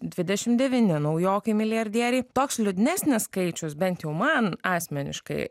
dvidešim devyni naujokai milijardieriai toks liūdnesnis skaičius bent jau man asmeniškai